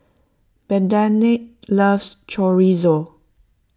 Bernardine loves Chorizo